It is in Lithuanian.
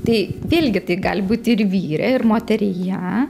tai vėlgi tai gali būti ir vyre ir moteryje